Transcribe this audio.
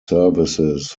services